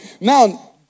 Now